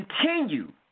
continue